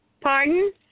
Pardon